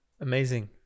Amazing